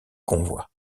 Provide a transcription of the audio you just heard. convoi